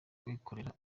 kwikorera